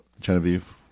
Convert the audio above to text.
Genevieve